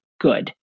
good